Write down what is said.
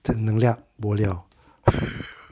jit nin liap bo liao